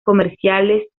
comerciales